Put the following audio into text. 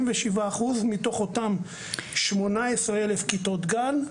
מתוך אותם 18,000 כיתות גן,